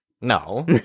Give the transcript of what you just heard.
no